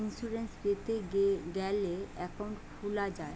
insurance পেতে গ্যালে account খুলা যায়